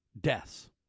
deaths